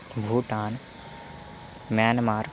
Bhutan Myanmar